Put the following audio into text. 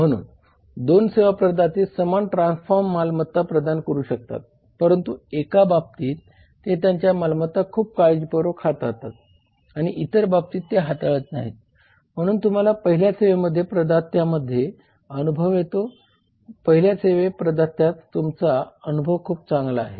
म्हणून 2 सेवा प्रदाते समान ट्रान्सफॉर्म मालमत्ता प्रदान करू शकतात परंतु एका बाबतीत ते त्यांची मालमत्ता खूप काळजीपूर्वक हाताळतात आणि इतर बाबतीत ते हाताळत नाहीत म्हणून तुम्हाला पहिल्या सेवा प्रदात्यामध्ये अनुभव येतो पहिल्या सेवा प्रदात्यासह तुमचा अनुभव खूप चांगला आहे